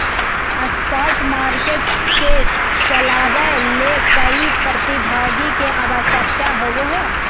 spot market के चलावय ले कई प्रतिभागी के आवश्यकता होबो हइ